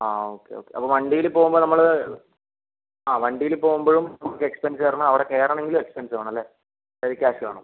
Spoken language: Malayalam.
ആ ഓക്കെ ഓക്കെ അപ്പോൾ വണ്ടിയിൽ പോകുമ്പോൾ നമ്മൾ ആ വണ്ടിയിൽ പോകുമ്പോഴും എക്സ്പെൻസ് തരണം അവിടെ കയറണമെങ്കിലും എക്സ്പെൻസ് വേണം അല്ലേ റെഡി കാഷ് വേണം